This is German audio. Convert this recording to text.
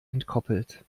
entkoppelt